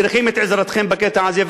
צריכים את עזרתכם בקטע הזה,